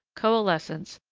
coalescence,